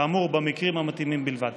כאמור במקרים המתאימים בלבד.